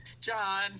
John